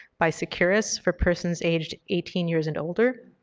by seqirus for persons aged eighteen years and older.